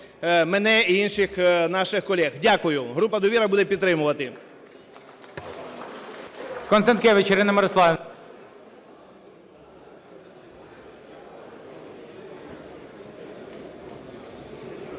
мене і інших наших колег. Дякую. Група "Довіра" буде підтримувати.